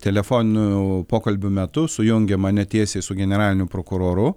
telefoninių pokalbių metu sujungė mane tiesiai su generaliniu prokuroru